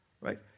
right